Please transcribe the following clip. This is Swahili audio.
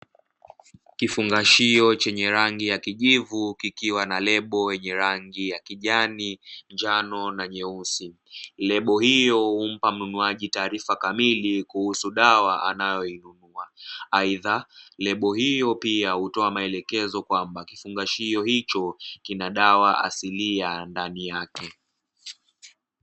Kifungashio chenye rangi ya kijivu, kikiwa na lebo yenye rangi ya kijani, njano, na nyeusi. lebo hio huumpa mnunuaji taarifa kamili kuhusu dawa anayoinunua. Aidha, lebo hio pia hutoa maelekezo kwamba kifungashio hicho kina dawa asilia ndani yake.